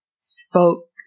spoke